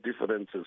differences